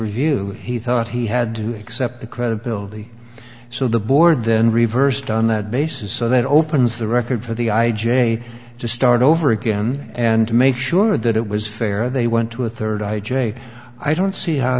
review he thought he had to accept the credibility so the board then reversed on that basis so that opens the record for the i j a to start over again and make sure that it was fair they went to a third i j i don't see how